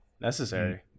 necessary